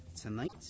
tonight